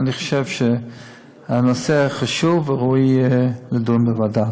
אני חושב שהנושא חשוב, וראוי לדון בו בוועדה.